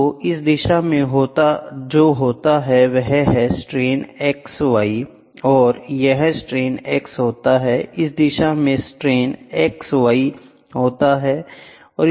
तो इस दिशा में जो होता है वह है स्ट्रेन y x और यहाँ स्ट्रेन x होता है और इस दिशा में स्ट्रेन x y होता है